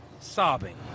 Sobbing